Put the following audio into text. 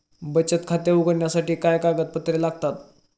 बचत खाते उघडण्यासाठी काय कागदपत्रे लागतात?